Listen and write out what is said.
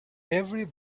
every